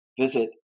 visit